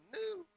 new